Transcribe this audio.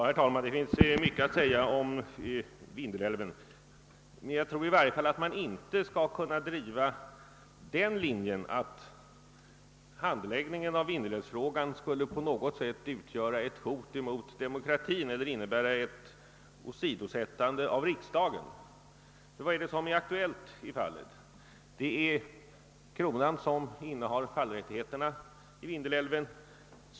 Herr talman! Det finns mycket att säga om Vindelälven, men jag tror att man i varje fall inte skall kunna driva den linjen att handläggningen av Vindelälvsfrågan på något sätt skulle utgöra ett hot mot demokratin eller innebära ett åsidosättande av riksdagen. Vad är det som är aktuellt i fallet? Det är kronan som innehar fallrättigheterna i Vindelälven.